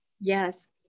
Yes